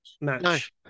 match